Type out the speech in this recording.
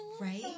right